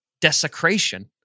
desecration